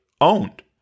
owned